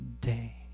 day